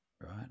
right